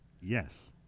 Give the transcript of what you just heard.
Yes